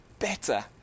Better